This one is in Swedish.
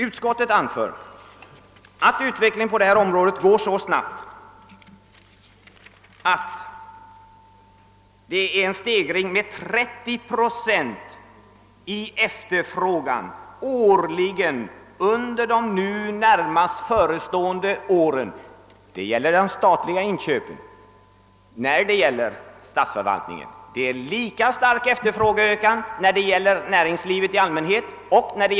Utskottet anför att det beräknas ske en stegring med 30 procent i efterfrågan årligen under de närmaste åren, när det gäller statliga inköp för statsförvaltningen. Det föreligger en lika stark efterfrågeökning vad beträffar näringslivet och de statliga affärsverken.